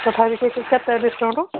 ତଥାପି ସେ କେତେ ଡିସକାଉଣ୍ଟ